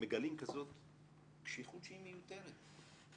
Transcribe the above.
מגלים כזאת קשיחות שהיא מיותרת.